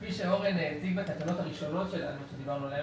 כפי הוצג בתקנות הראשונות עליהן דיברנו,